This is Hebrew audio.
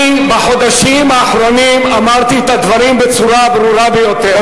אני בחודשים האחרונים אמרתי את הדברים בצורה הברורה ביותר,